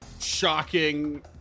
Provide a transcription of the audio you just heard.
shocking